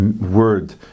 word